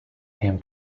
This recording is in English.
him